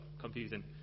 confusing